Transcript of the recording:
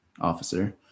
officer